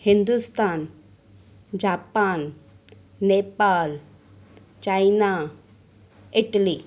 Hindustan Japan Nepal China Italy